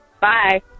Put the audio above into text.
bye